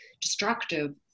destructive